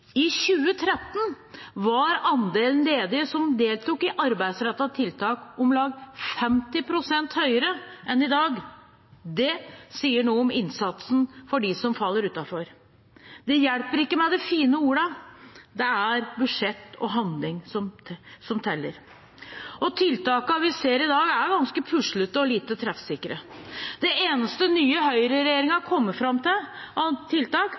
I 2013 var andelen ledige som deltok i arbeidsrettede tiltak, om lag 50 pst. høyere enn i dag. Det sier noe om innsatsen for dem som faller utenfor. Det hjelper ikke med de fine ordene; det er budsjett og handling som teller. Tiltakene vi ser i dag, er ganske puslete og lite treffsikre. Det eneste nye tiltaket høyreregjeringen har kommet fram til,